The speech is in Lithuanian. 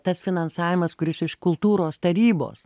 tas finansavimas kuris iš kultūros tarybos